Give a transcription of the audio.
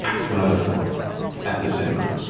to another floor at this angle.